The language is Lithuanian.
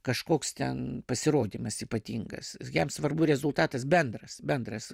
kažkoks ten pasirodymas ypatingas jam svarbu rezultatas bendras bendras